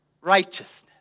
righteousness